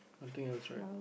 nothing else right